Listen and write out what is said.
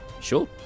Sure